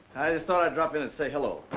i just thought i'd drop in and say hello.